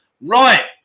Right